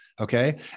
Okay